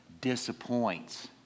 disappoints